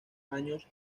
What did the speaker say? años